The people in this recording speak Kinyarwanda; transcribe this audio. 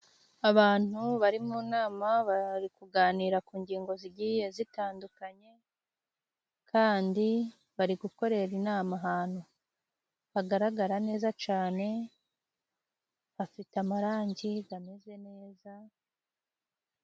Abantu bari mu nama bari kuganira ku ngingo zigiye zitandukanye, kandi bari gukorera inama ahantu hagaragara neza cane hafite amarangi gameze neza.